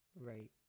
right